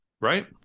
Right